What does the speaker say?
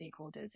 stakeholders